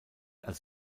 als